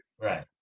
Right